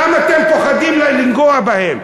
למה אתם פוחדים לנגוע בהם?